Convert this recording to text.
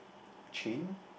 chain